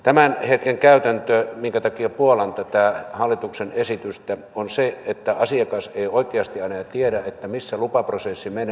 tämän hetken käytäntö minkä takia puollan tätä hallituksen esitystä on se että asiakas ei oikeasti aina tiedä missä lupaprosessi menee